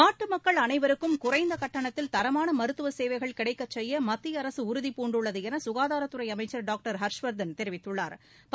நாட்டு மக்கள் அனைவருக்கும் குறைந்த கட்டணத்தில் தரமான மருத்துவ சேவைகள் கிடைக்கச் செய்ய மத்திய அரசு உறுதிபூண்டுள்ளது என சுகாதாரத்துறை அமைச்ச் டாங்டர் ஹர்ஷ்வா்தன் தெரிவித்துள்ளா்